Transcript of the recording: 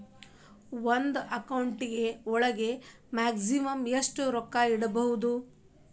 ಒಂದು ಅಕೌಂಟ್ ಒಳಗ ಮ್ಯಾಕ್ಸಿಮಮ್ ಎಷ್ಟು ರೊಕ್ಕ ಇಟ್ಕೋಬಹುದು?